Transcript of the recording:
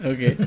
Okay